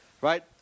right